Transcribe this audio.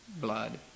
blood